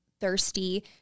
thirsty